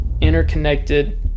interconnected